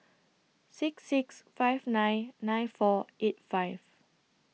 six six five nine nine four eight five